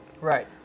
right